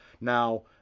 Now